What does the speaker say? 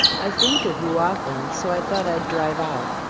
i think of you often so i thought i'd drive out.